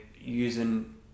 using